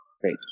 Great